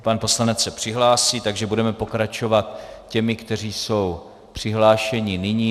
Pan poslanec se přihlásí, takže budeme pokračovat těmi, kteří jsou přihlášeni nyní.